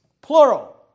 plural